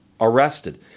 arrested